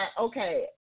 okay